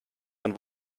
dann